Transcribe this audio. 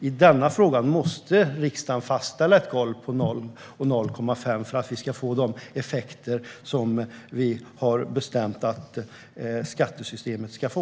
I denna fråga måste riksdagen fastställa golv på 0 och 0,5 för att vi ska få de effekter vi har bestämt att skattesystemet ska ha.